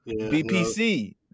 BPC